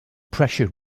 pressure